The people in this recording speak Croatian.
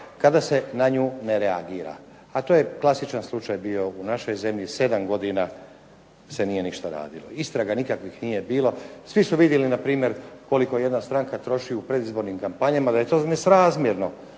kada se na nju ne reagira, a to je klasičan slučaj bio u našoj zemlji 7 godina se nije ništa radilo, istraga nikakvih nije bilo, svi su vidjeli npr. koliko jedna stranka troši u predizbornim kampanjama, da je to nesrazmjerno